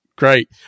Great